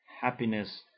happiness